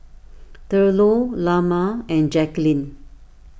Thurlow Lamar and Jackeline